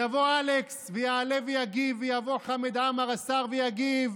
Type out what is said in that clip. יבוא אלכס ויעלה ויגיב, ויבוא חמד עמאר השר ויגיב: